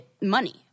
money